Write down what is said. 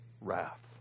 wrath